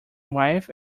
wife